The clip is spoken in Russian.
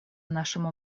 нашему